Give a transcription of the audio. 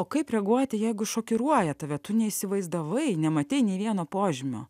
o kaip reaguojate jeigu šokiruoja tave tu neįsivaizdavai nematei nei vieno požymio